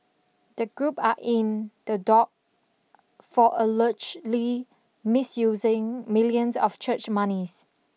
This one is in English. the group are in the dock for allegedly misusing millions of church monies